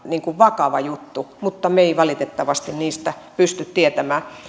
vakava juttu mutta me emme valitettavasti niistä pysty tietämään